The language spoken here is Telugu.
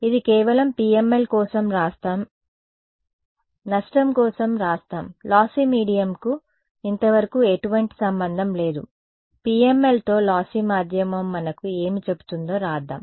కాబట్టి ఇది కేవలం PML కోసం రాస్తాం సరే నష్టం కోసం రాస్తాం లాస్సీ మీడియంకు ఇంతవరకు ఎటువంటి సంబంధం లేదు PMLతో లాస్సి మాధ్యమం మనకు ఏమి చెబుతుందో రాద్దాం